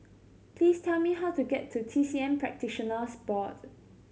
please tell me how to get to T C M Practitioners Board